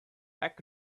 back